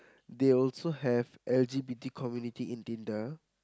they also have l_g_b_t community in Tinder